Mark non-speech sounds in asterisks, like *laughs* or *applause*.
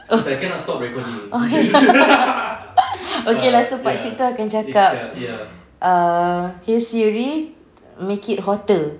oh *laughs* okay lah so pakcik tu akan cakap err hey SIRI make it hotter